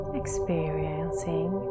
experiencing